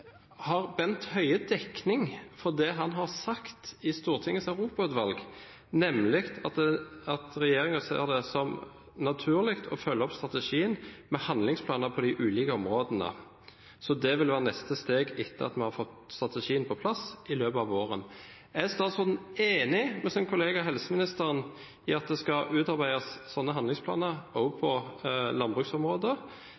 det som naturlig å følge opp strategien med handlingsplaner på de ulike områdene, så det vil være neste steg etter at vi har fått strategien på plass i løpet av våren»? Er statsråden enig med sin kollega helseministeren i at det skal utarbeides sånne handlingsplaner også på landbruksområdet,